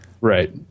Right